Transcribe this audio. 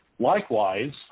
Likewise